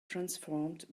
transformed